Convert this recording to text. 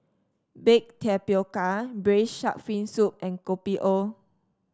Baked Tapioca Braised Shark Fin Soup and Kopi O